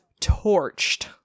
torched